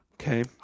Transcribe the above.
Okay